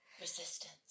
resistance